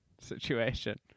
situation